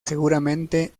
seguramente